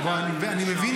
אני מבין